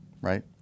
right